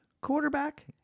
quarterback